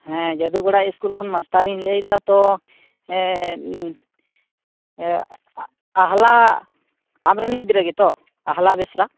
ᱦᱮᱸ ᱡᱟᱹᱫᱩᱜᱚᱲᱟ ᱤᱥᱠᱩᱞ ᱠᱷᱚᱱ ᱢᱟᱥᱴᱟᱨᱤᱧ ᱞᱟᱹᱭᱮᱫᱟ ᱛᱳ ᱟᱦᱟᱞᱟ ᱟᱢ ᱨᱮᱱ ᱜᱤᱫᱽᱨᱟᱹ ᱜᱮᱛᱳ ᱟᱦᱟᱱᱟ ᱵᱮᱥᱨᱟ